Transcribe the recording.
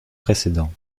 précédents